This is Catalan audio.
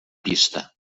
pista